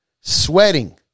sweating